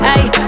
Aye